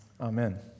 Amen